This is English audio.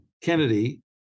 Kennedy